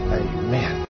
amen